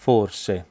Forse